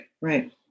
Right